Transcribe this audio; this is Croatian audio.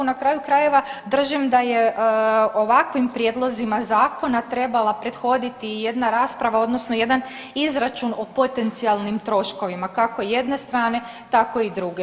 Na kraju krajeva držim da je ovakvim prijedlozima zakona trebala prethoditi i jedna rasprava odnosno jedan izračun o potencijalnim troškovima kako jedne strane tako i druge.